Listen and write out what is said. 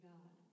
God